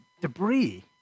debris